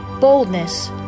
boldness